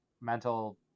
mental